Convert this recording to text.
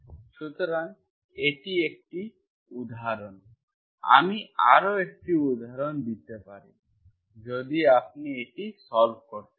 সুতরাং এটি একটি উদাহরণ আমি আরও একটি উদাহরণ দিতে পারি যদি আপনি এটি সল্ভ করতে চান